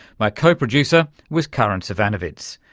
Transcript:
my co-producer was karin zsivanovits,